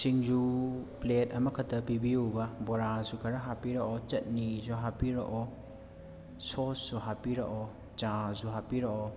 ꯁꯤꯡꯖꯨ plate ꯑꯃꯈꯛꯇ ꯄꯤꯕꯤꯌꯨꯕ ꯕꯣꯔꯥꯁꯨ ꯈꯔ ꯍꯥꯞꯄꯤꯔꯛꯑꯣ ꯆꯠꯅꯤꯖꯨ ꯍꯥꯞꯄꯤꯔꯛꯑꯣ ꯁꯣꯁꯁꯨ ꯍꯥꯞꯄꯤꯔꯛꯑꯣ ꯆꯥꯖꯨ ꯍꯥꯞꯄꯤꯔꯛꯑꯣ